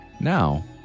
Now